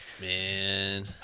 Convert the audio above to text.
Man